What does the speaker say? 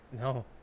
No